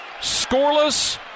Scoreless